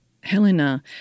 Helena